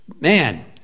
man